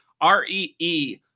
R-E-E